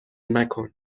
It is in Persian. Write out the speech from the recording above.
مکن